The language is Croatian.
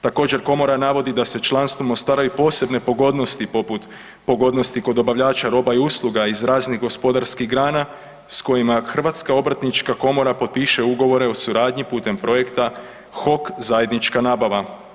Također, navodi da se članstvom ostvaruju posebne pogodnosti poput pogodnosti kod dobavljača roba i usluga iz raznih gospodarskih grana s kojima Hrvatska obrtnička komora potpiše ugovore o suradnji putem projekta HOK zajednička nabava.